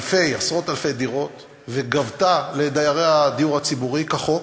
עשרו-אלפי דירות לדיירי הדיור הציבורי כחוק,